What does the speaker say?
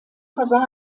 versah